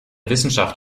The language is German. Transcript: wissenschaft